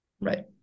Right